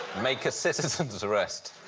make a citizen's arrest.